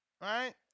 right